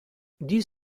dix